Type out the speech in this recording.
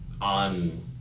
on